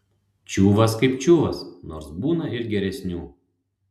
čiuvas kaip čiuvas nors būna ir geresnių